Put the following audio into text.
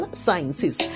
sciences